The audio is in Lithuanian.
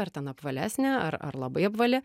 ar ten apvalesnė ar labai apvali